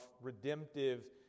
redemptive